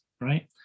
right